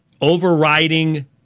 overriding